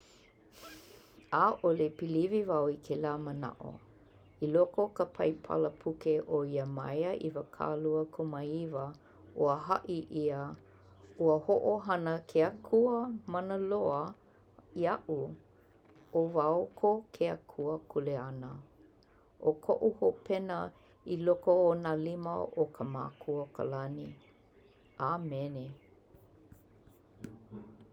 ʻAʻole piliwi wau i kēlā manaʻo. I loko o ka paipala puke o Iemaia ʻiwakāluakūmāiwa, ua haʻi ʻia ua hoʻohana ke Akua Manaloa iaʻu ʻO wau ko ke Akua kuleana. ʻO koʻu hopena i loko o nā lima o ka Mākua o ka lani. Amene!